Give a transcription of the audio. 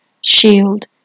shield